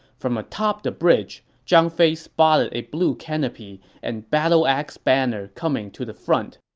from atop the bridge, zhang fei spotted a blue canopy and battle-axe banner coming to the front.